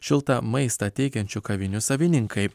šiltą maistą teikiančių kavinių savininkai